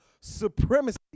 supremacy